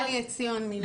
גלי עציון מנעמת.